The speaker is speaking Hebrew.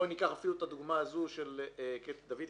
בואי ניקח אפילו את הדוגמא הזו של קטי דוד.